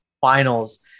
Finals